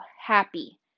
happy